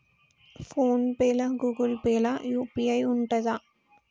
Phone pay లా Google Pay లా UPI ఉంటదా?